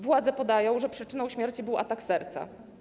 Władze podają, że przyczyną śmierci był atak serca.